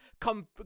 come